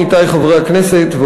עמיתי חברי הכנסת,